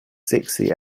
sexy